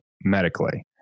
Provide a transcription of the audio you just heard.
medically